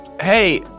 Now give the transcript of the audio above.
hey